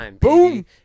Boom